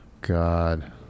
God